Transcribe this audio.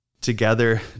together